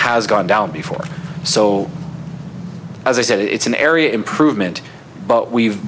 has gone down before so as i said it's an area improvement but we've